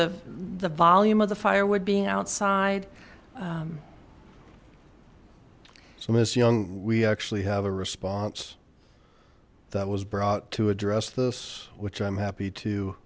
of the volume of the firewood being outside so miss young we actually have a response that was brought to address this which i'm happy to